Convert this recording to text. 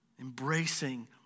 embracing